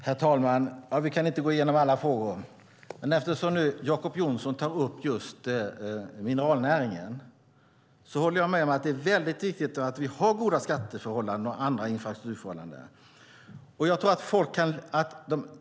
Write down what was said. Herr talman! Vi kan inte gå igenom alla frågor. Men eftersom Jacob Johnson tar upp mineralnäringen håller jag med om att det är viktigt att vi har goda skatteförhållanden och andra infrastrukturförhållanden.